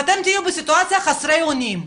ואתם תהיו בסיטואציה חסרי אונים.